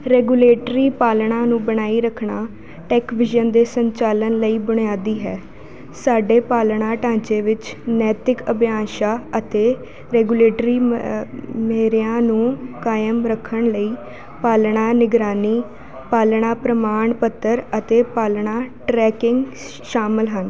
regulatory ਪਾਲਣਾ ਨੂੰ ਬਣਾਈ ਰੱਖਣਾ ਟੈੱਕਵਿਜ਼ਨ ਦੇ ਸੰਚਾਲਨ ਲਈ ਬੁਨਿਆਦੀ ਹੈ ਸਾਡੇ ਪਾਲਣਾ ਢਾਂਚੇ ਵਿੱਚ ਨੈਤਿਕ ਅਭਿਆਸ਼ਾ ਅਤੇ ਰੈਗੂਲੇਟਰੀ ਮ ਮੇਰਿਆਂ ਨੂੰ ਕਾਇਮ ਰੱਖਣ ਲਈ ਪਾਲਣਾ ਨਿਗਰਾਨੀ ਪਾਲਣਾ ਪ੍ਰਮਾਣ ਪੱਤਰ ਅਤੇ ਪਾਲਣਾ ਟਰੈਕਿੰਗ ਸ਼ਾਮਲ ਹਨ